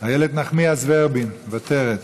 איילת נחמיאס ורבין, מוותרת,